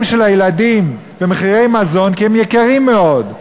של הילדים כי מחירי המזון יקרים מאוד.